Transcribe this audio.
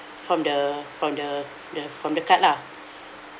from the from the the from the card lah